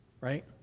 right